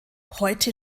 heute